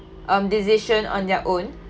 um decision on their own